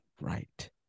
right